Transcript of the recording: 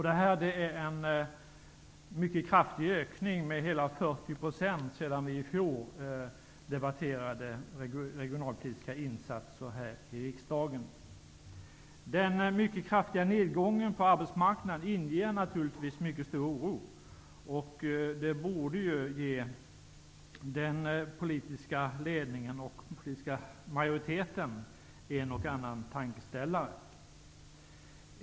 Det har skett en mycket kraftig ökning sedan vi i riksdagen i fjol debatterade regionalpolitiska insatser. Det rör sig om en ökning hela 40 %. Den mycket kraftiga nedgången på arbetsmarknaden inger naturligtvis mycket stor oro. Detta borde ge den politiska ledningen och den politiska majoriteten en och annan tankeställare.